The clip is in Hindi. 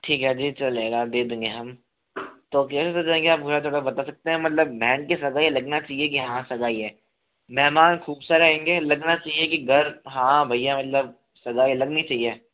ठीक है जी चलेगा दे देंगे हम तो बता सकते हैं मतलब बहन की सगाई है लगना चाहिए की हाँ सगाई है मेहमान खूब सारे आएंगे लगना चाहिए कि घर हाँ भैया मतलब सगाई लगनी चाहिए